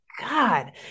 God